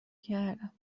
کردم